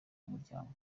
muryango